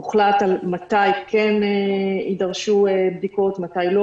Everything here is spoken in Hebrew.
הוחלט על מתי כן יידרשו בדיקות ומתי לא,